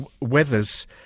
weather's